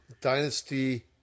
Dynasty